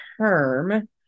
term